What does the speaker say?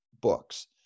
books